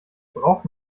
braucht